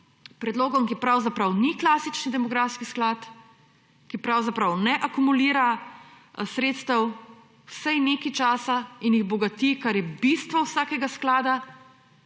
predlogom, ki pravzaprav ni klasičen demografski sklad, ki pravzaprav ne akumulira sredstev vsaj nekaj časa in jih bogati, kar je bistvo vsakega sklada,